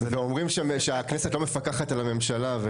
ואומרים שהכנסת לא מפקחת על הממשלה .